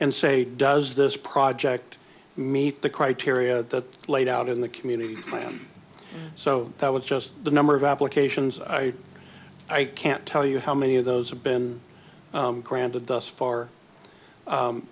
and say does this project meet the criteria that laid out in the community plan so that was just the number of applications i i can't tell you how many of those have been granted thus far